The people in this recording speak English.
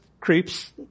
creeps